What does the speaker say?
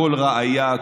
כל רעיה,